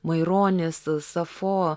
maironis safo